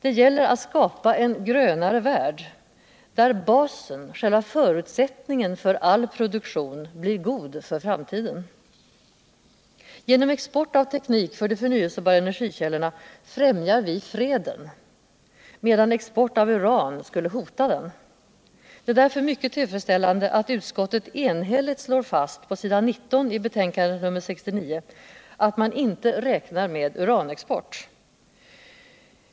Det gäller att skapa en grönare värld där basen, själva förutsättningen för produktion. blir god för framtiden. Genom export av teknik för de förnyelsebara energikällorna främjar vi freden, medan export av uran skulle hota den. Det är därför mycket tillfredsställande att utskottet enhälligt slår fast på s. 19 i betänkandet nr 69 att man Inte räknar med uranexport.